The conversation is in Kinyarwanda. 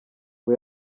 ngo